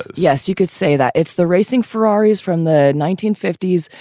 yes, you could say that it's the racing ferrari is from the nineteen fifty s.